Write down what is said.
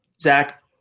Zach